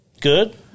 good